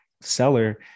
seller